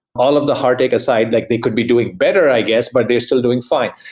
all of the heartache aside, like they could be doing better, i guess, but they're still doing fine.